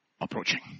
approaching